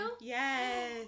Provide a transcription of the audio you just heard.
Yes